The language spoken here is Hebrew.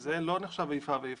וזה לא נחשב איפה ואיפה,